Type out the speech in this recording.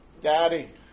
Daddy